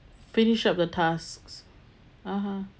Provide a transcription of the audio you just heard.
finish up the tasks (uh huh)